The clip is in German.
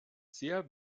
sehr